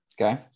Okay